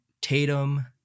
Tatum